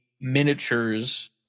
miniatures